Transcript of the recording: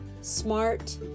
smart